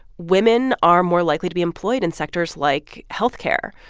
women are more likely to be employed in sectors like health care.